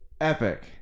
epic